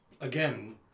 Again